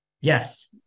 Yes